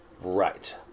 Right